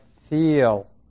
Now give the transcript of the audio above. feel